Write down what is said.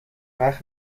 وقت